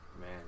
man